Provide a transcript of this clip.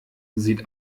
sieht